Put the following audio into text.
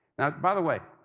now, by the way,